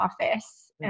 office